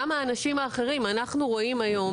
אנחנו רואים היום,